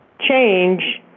change